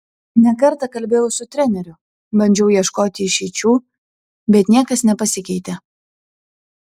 ne kartą kalbėjau su treneriu bandžiau ieškoti išeičių bet niekas nepasikeitė